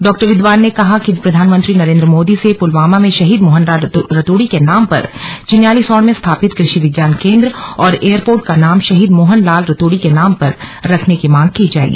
डॉ विद्वान ने कहा कि प्रधानमंत्री नरेंद्र मोदी से पुलवामा में शहीद मोहनलाल रतूड़ी के नाम पर चिन्यालीसौड़ में स्थापित कृषि विज्ञान केन्द्र और एयरपोर्ट का नाम शहीद मोहनलाल रतूड़ी के नाम पर रखने की मांग की जाएगी